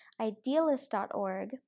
idealist.org